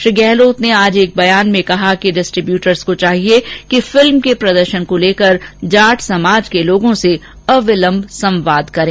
श्री गहलोत ने आज एक बयान में कहा कि डिस्ट्रीब्यूटर्स को चाहिए कि फिल्म के प्रदर्शन को लेकर जाट समाज के लोगों से अविलम्ब संवाद करें